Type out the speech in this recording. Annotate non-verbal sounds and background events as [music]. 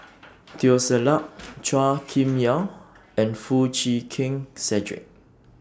[noise] Teo Ser Luck Chua Kim Yeow and Foo Chee Keng Cedric